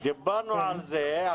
דיברנו על זה.